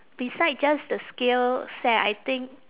beside just the skill set I think